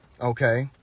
okay